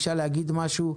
ביקשה להגיד משהו.